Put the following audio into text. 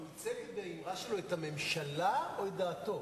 האם הוא ייצג באמירה שלו את הממשלה או את דעתו?